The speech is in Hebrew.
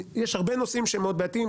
יש הרבה נושאים שהם מאוד בעייתיים,